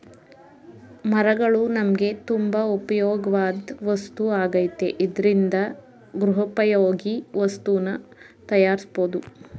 ಮರಗಳು ನಮ್ಗೆ ತುಂಬಾ ಉಪ್ಯೋಗವಾಧ್ ವಸ್ತು ಆಗೈತೆ ಇದ್ರಿಂದ ಗೃಹೋಪಯೋಗಿ ವಸ್ತುನ ತಯಾರ್ಸ್ಬೋದು